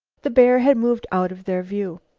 the bear had moved out of their view.